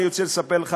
אני רוצה לספר לך,